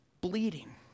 bleeding